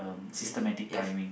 yes yes